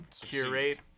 curate